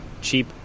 cheap